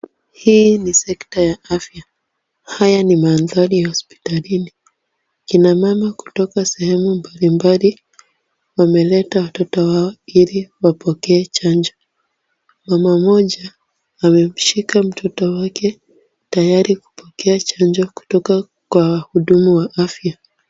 Hii ni sekta ya afya. Haya ni mandhari ya hospitalini. Kina mama kutoka sehemu mbalimbali wameleta watoto wao ili wapokee chanjo. Mama mmoja amemshika mtoto wake, tayari kupokea chanjo kutoka kwa wahudumu wa afya.